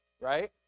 right